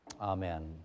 amen